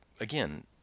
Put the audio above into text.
again